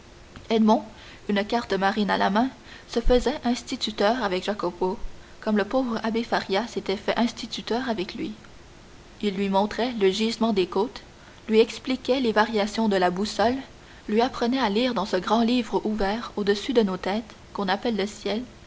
une carte marine à la main se faisait instituteur avec jacopo comme le pauvre abbé faria s'était fait instituteur avec lui il lui montrait le gisement des côtes lui expliquait les variations de la boussole lui apprenait à lire dans ce grand livre ouvert au-dessus de nos têtes qu'on appelle le ciel